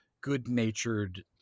good-natured